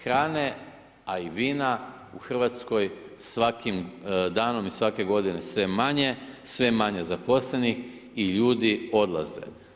Hrane a i vina u Hrvatskoj svakim danom i svake godine sve manje, sve je manje zaposlenih i ljudi odlaze.